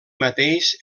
mateix